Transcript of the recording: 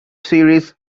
series